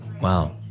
Wow